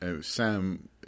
Sam